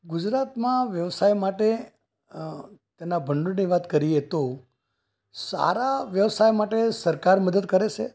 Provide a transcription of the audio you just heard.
ગુજરાતમાં વ્યવસાય માટે એનાં ભંડોળની વાત કરીએ તો સારા વ્યવસાય માટે સરકાર મદદ કરે છે